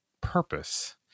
purpose